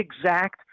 exact